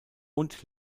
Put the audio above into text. und